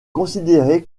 considérée